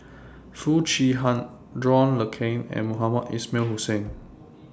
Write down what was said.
Foo Chee Han John Le Cain and Mohamed Ismail Hussain